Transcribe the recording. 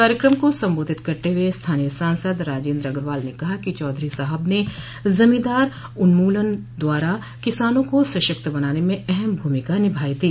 कार्यक्रम को सम्बोधित करते हुए स्थानीय सांसद राजेन्द्र अग्रवाल ने कहा कि चौधरी साहब ने जमीदारी उन्मूलन द्वारा किसानों को सशक्त बनाने में अहम भूमिका निभायी थी